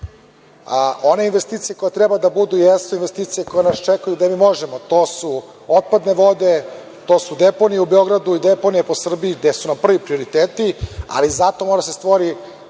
One investije koje treba da budu jesu investicije koje nas čekaju gde mi možemo. To su otpadne vode, to su deponije u Beogradu i deponije po Srbiji, gde su nam prvi prioriteti, ali zato moraju da se stvore